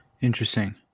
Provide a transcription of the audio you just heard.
Interesting